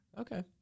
Okay